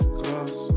glass